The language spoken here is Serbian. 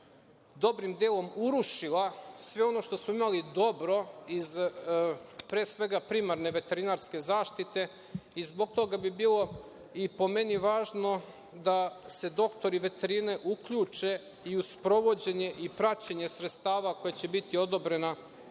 dobrim delom urušila sve ono što smo imali dobro iz pre svega primarne veterinarske zaštite i zbog toga bi po meni bilo važno da se doktori veterine uključe i u sprovođenje i praćenje sredstava koja će biti odobrena